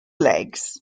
legs